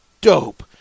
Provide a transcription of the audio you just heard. dope